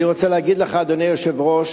אני רוצה להגיד לך, אדוני היושב-ראש,